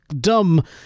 dumb